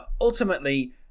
Ultimately